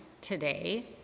today